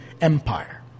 empire